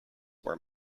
were